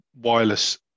wireless